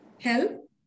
help